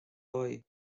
boy